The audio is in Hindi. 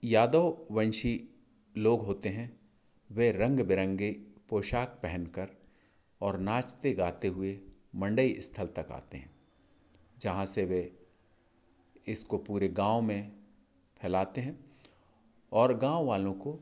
यादव वंशी लोग होते हैं वे रंग बिरंगे पोशाक पहनकर और नाचते गाते हुए मंडई स्थल तक आते हैं जहाँ से वे इसको पूरे गाँव में फैलाते हैं और गाँव वालों को